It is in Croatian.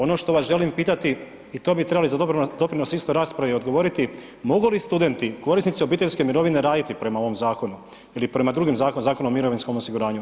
Ono što vas želim pitat i to bi trebali za dobar doprinos isto raspravi odgovoriti, mogu li studenti, korisnici obiteljske mirovine, raditi prema ovom zakonu ili prema drugim zakonima, Zakon o mirovinskom osiguranju?